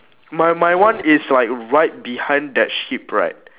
my my one is like right behind that sheep right